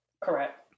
correct